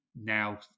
now